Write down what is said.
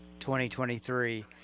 2023